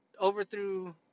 overthrew